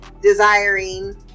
desiring